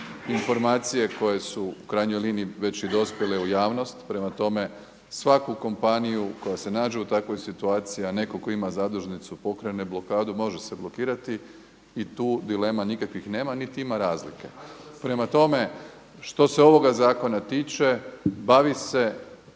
informacije koje su u krajnjoj liniji već i dospjele u javnost, prema tome svaku kompaniju koja se nađe u takvoj situaciji, a netko tko ima zadužnicu pokrene blokadu može se blokirati i tu nikakvih dilema nema niti ima razlike. Prema tome, što se ovoga zakona tiče bavi se